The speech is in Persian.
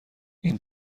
این